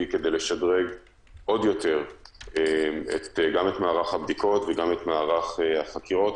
כדי לשדרג עוד יותר את מערך הבדיקות וגם את מערך החקירות.